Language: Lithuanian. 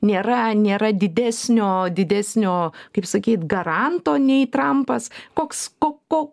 nėra nėra didesnio didesnio kaip sakyt garanto nei trampas koks ko ko